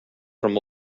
from